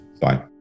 Bye